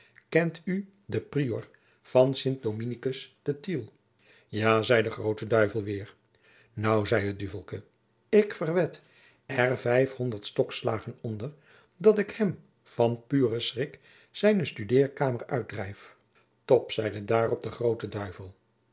kent oe den prior van sint dominicus te tiel jaô zei de groote duvel weêr nou zei het duvelke ik verwed er vijfhonderd stokslaôgen onder dat ik hum van puren schrik zijne stoedeerkamer oetdrijf top zeide daarop de groote duvel